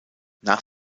nach